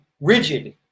rigid